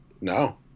No